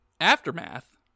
aftermath